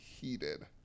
heated